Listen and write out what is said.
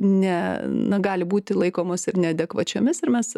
ne na gali būti laikomos ir neadekvačiomis ir mes